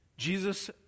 jesus